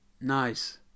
Nice